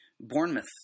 Bournemouth